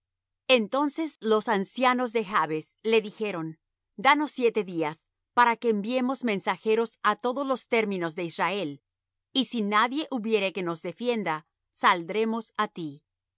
entonces los ancianos de jabes le dijeron danos siete días para que enviemos mensajeros á todos los términos de israel y si nadie hubiere que nos defienda saldremos á ti